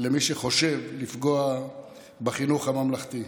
למי שחושב לפגוע בחינוך הממלכתי.